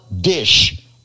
dish